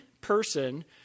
person